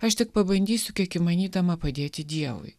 aš tik pabandysiu kiek įmanydama padėti dievui